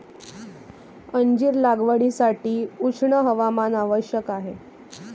अंजीर लागवडीसाठी उष्ण हवामान आवश्यक आहे